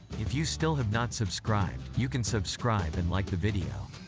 if you still have not subscribed, you can subscribe and like the video.